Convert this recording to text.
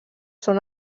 són